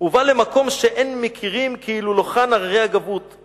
"ובא למקום שאין מכירים / כאילו לא כאן הררי הגבהות: /